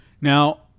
Now